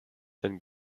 and